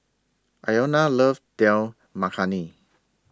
Iona loves Dal Makhani